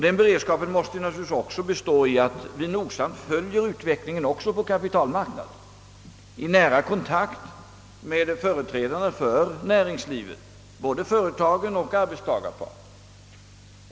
Denna måste bestå i att man noggrant följer utvecklingen också på kapitalmarknaden, i nära kontakt med fö reträdarna för näringslivet, såväl företagare som arbetstagare.